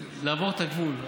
לעבור את הגבול.